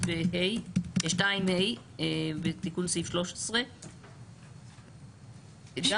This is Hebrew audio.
אוקיי, וסעיף 2(ה), תיקון סעיף 13. גם